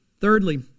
Thirdly